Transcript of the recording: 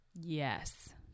yes